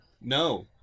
No